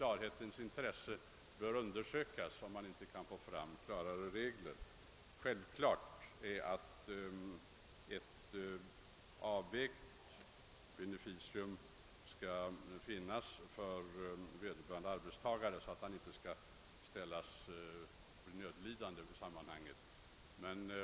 Bestämmelser om beneficium måste naturligtvis finnas för vederbörande arbetstagare så att han inte blir nödlidande.